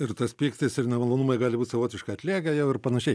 ir tas pyktis ir nemalonumai gali būt savotiškai atlėgę jau ir panašiai